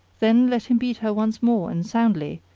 then let him beat her once more and soundly,